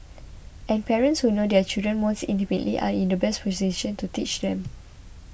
and parents who know their children most intimately are in the best position to teach them